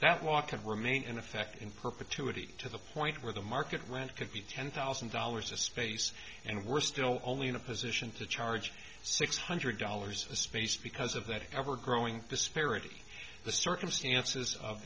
that walk could remain in effect in perpetuity to the point where the market rent could be ten thousand dollars a space and we're still only in a position to charge six hundred dollars a space because of that ever growing disparity the circumstances of